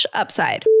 upside